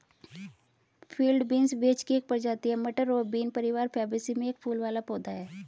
field beans vetch की एक प्रजाति है, मटर और बीन परिवार फैबेसी में एक फूल वाला पौधा है